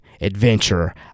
adventure